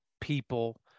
people